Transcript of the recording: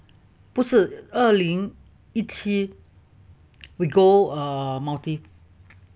不是二零一七 we go err maldives